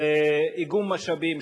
איגום משאבים,